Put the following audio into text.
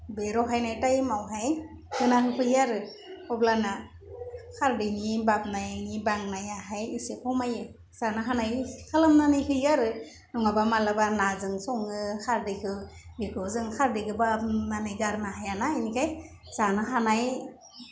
बे रहायनाय थाइमावहाय होनानै फैयो आरो अब्लाना खारदैनि बाबनायनि बांनायाहाय इसे खमायो जानो हानाय खालामनानै होयो आरो नङाबा माब्लाबा नारजिजों सङो खारदैखौ बेखौ जों खारदैखौ माने गारनो हायाना बेनिखाय जानो हानाय